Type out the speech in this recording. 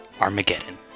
Armageddon